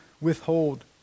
withhold